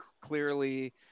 clearly